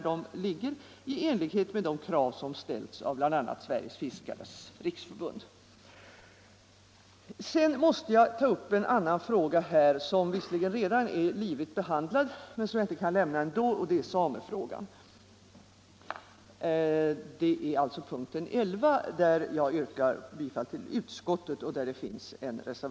Det är samefrågan, som behandlas under punkten 11 i betänkandet, där jag yrkar bifall till utskottets hemställan och där det finns en reservation mot utskottets ställningstagande.